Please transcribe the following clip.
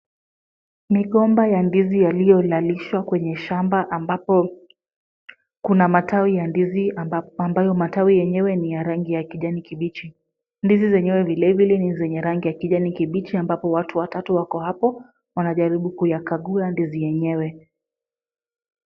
Migomba ya ndizi yaliyolalishwa kwenye shamba ambapo kuna matawi ya ndizi ambayo matawi yenyewe ni ya rangi ya kijani kibichi. Ndizi zenyewe vilevile ni zenye rangi ya kijani kibichi ambapo watu watatu wako hapo, wanajaribu kuyakagua ndizi yenyewe.